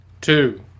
two